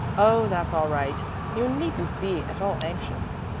oh, that's all right you needn't be at all anxious.